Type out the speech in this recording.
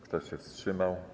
Kto się wstrzymał?